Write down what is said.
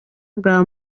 bwa